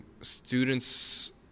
students